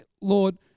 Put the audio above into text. Lord